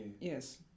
Yes